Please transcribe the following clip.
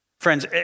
Friends